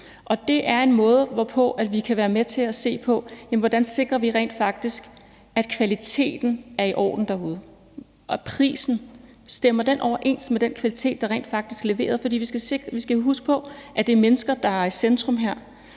det er en måde, hvorpå vi kan være med til at se på, hvordan vi rent faktisk sikrer, at kvaliteten er i orden derude. Stemmer prisen overens med den kvalitet, der rent faktisk er leveret? For vi skal jo huske på, at det er mennesker, der er i centrum her.